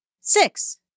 Six